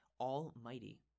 Almighty